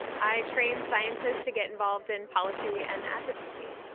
i train scientists to get involved in policy and advocacy.